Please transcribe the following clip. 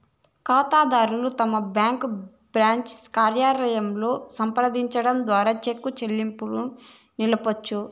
కాతాదారుడు తన bank branch కార్యాలయంలో సంప్రదించడం ద్వారా చెక్కు చెల్లింపుని నిలపొచ్చు